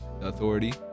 authority